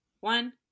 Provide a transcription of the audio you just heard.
one